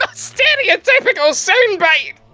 ah stereo-typical soundbite!